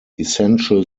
essential